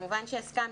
כמובן שהסכמתי.